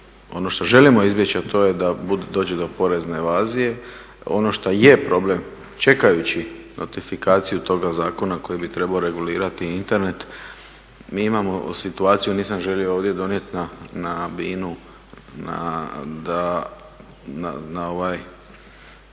ono što želimo izbjeći a to je da dođe do porezne evazije, ono što je problem čekajući notifikaciju toga zakona koji bi trebao regulirati Internet mi imamo situaciju, nisam želio ovdje donijeti na binu da